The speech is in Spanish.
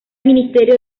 ministerio